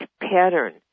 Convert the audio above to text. pattern